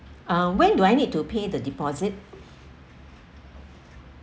uh when do I need to pay the deposit